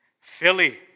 Philly